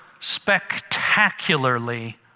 spectacularly